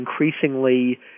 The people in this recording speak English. increasingly